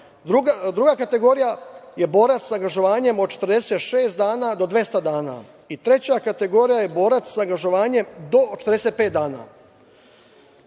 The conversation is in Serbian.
kategorija je borac sa angažovanjem od 46 do 200 dana. I treća kategorija je borac sa angažovanjem do 45 dana. Moje